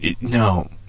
No